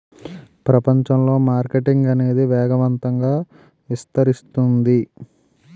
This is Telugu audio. ప్రపంచంలో మార్కెటింగ్ అనేది వేగవంతంగా విస్తరిస్తుంది